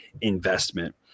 investment